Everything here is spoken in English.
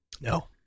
No